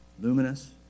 luminous